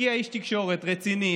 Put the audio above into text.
הגיע איש תקשורת רציני,